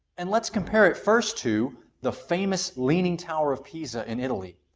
and let's compare it first to the famous leaning tower of pisa in italy,